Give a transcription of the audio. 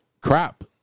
crap